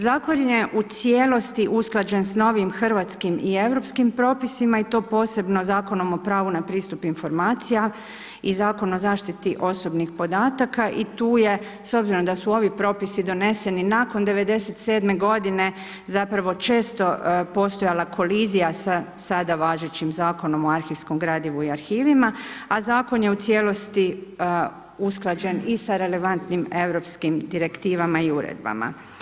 Zakon je u cijelosti usklađen sa novim hrvatskim i europskim propisima i to posebno Zakonom o pravu na pristup informacija i Zakon o zaštiti osobnih podataka i tu je s obzirom da su ovi propisi doneseni nakon '97. godine često postojala kolizija sa sada važećim Zakonom o arhivskom gradivu i arhivima, a zakon je u cijelosti usklađen i sa relevantnim europskim direktivama i uredbama.